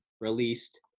released